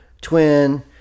Twin